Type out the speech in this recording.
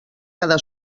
cada